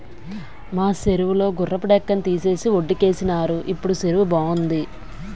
మా సెరువు లో గుర్రపు డెక్కని తీసేసి వొడ్డుకేసినారు ఇప్పుడు సెరువు బావుంది